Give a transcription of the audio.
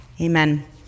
amen